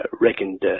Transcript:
reckoned